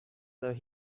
though